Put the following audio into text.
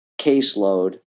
caseload